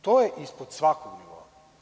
To je ispod svakog nivoa.